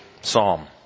psalm